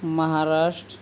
Maharashtra